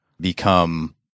become